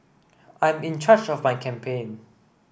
I'm in charge of my campaign